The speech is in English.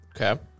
Okay